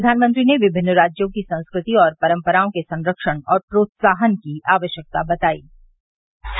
प्रधानमंत्री ने विभिन्न राज्यों की संस्कृति और परम्पराओं के संरक्षण और प्रोत्साहन की आवश्यकता बतायी